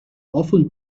awful